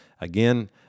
Again